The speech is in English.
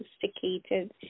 sophisticated